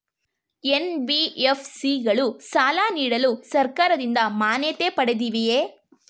NBFC ಗಳು ಸಾಲ ನೀಡಲು ಸರ್ಕಾರದಿಂದ ಮಾನ್ಯತೆ ಪಡೆದಿವೆಯೇ?